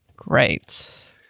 Great